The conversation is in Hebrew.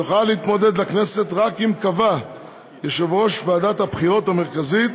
יוכל להתמודד לכנסת רק אם קבע יושב-ראש ועדת הבחירות המרכזית